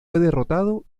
derrotado